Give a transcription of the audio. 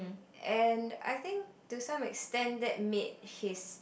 and I think to some extent that made his